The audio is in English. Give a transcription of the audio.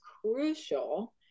crucial